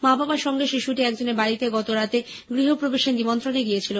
মা বাবার সঙ্গে শিশুটি একজনের বাড়িতে গতরাতে গৃহ প্রবেশের নিমন্ত্রণে গিয়েছিলো